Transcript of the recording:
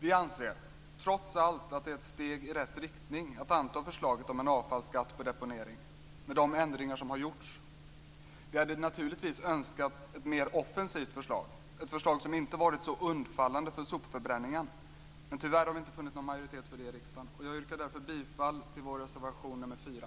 Vi anser trots allt att det är ett steg i rätt riktning att anta förslaget om en avfallsskatt på deponering med de ändringar som har gjorts. Vi hade naturligtvis önskat ett mer offensivt förslag, ett förslag som inte varit så undfallande för sopförbränningen, men tyvärr har vi inte funnit någon majoritet för det i riksdagen. Jag yrkar därför bifall till vår reservation nr 4.